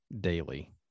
daily